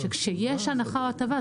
שכשיש הנחה או הטבה,